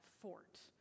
fort